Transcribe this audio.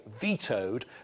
vetoed